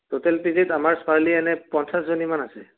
total পি জিত আমাৰ ছোৱালী এনেই পঞ্চাছ জনীমান আছে